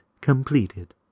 completed